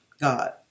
God